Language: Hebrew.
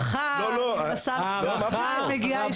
לא, בהערכה רבה, לא, מה פתאום.